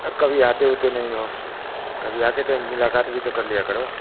अ कभी आते वाते नहीं हो कभी आकर तो मुलाकात भी कर लिया करो